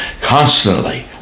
constantly